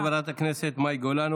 תודה לחברת הכנסת מאי גולן.